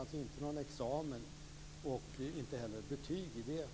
Det behövs inte någon examen eller något betyg.